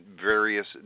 various